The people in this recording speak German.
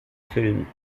film